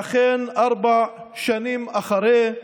אכן, ארבע שנים אחרי,